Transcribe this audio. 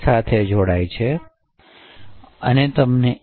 સાથે જોડાય છે તમને એ